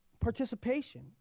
Participation